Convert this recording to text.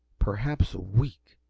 perhaps a week!